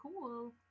cool